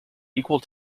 equal